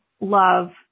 love